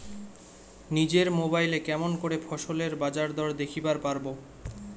নিজের মোবাইলে কেমন করে ফসলের বাজারদর দেখিবার পারবো?